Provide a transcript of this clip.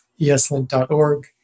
eslint.org